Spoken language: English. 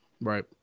Right